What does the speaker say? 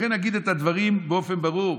לכן אגיד את הדברים באופן ברור: